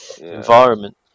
environment